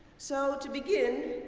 so, to begin,